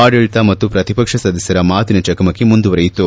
ಆಡಳಿತ ಮತ್ತು ಪ್ರತಿಪಕ್ಷ ಸದಸ್ಯರ ಮಾತಿನ ಚಕಮಕಿ ಮುಂದುವರೆಯಿತು